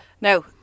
Now